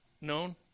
known